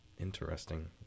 Interesting